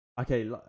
Okay